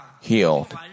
healed